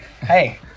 Hey